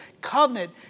covenant